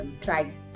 try